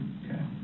okay